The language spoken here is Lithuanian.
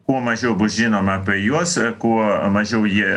kuo mažiau bus žinoma apie juos kuo mažiau jie